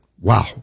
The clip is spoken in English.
wow